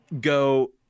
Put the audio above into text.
go